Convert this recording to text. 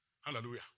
hallelujah